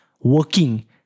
working